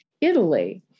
Italy